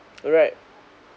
alright